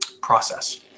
process